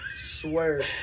Swear